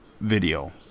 video